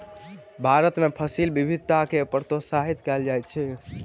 भारत में फसिल विविधता के प्रोत्साहित कयल जाइत अछि